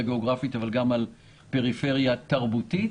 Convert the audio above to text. גיאוגרפית וגם על פריפריה תרבותית,